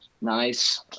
Nice